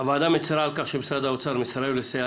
הוועדה מצרה על כך שמשרד האוצר מסרב לסייע